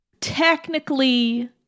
technically